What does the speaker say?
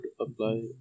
apply